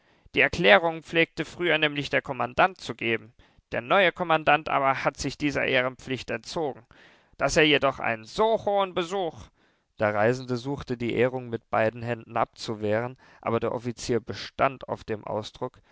die erklärungen pflegte früher nämlich der kommandant zu geben der neue kommandant aber hat sich dieser ehrenpflicht entzogen daß er jedoch einen so hohen besuch der reisende suchte die ehrung mit beiden händen abzuwehren aber der offizier bestand auf dem ausdruck